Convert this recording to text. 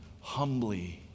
humbly